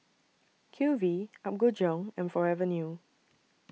Q V Apgujeong and Forever New